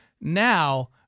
Now